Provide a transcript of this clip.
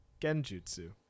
Genjutsu